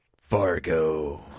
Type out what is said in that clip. Fargo